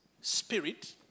spirit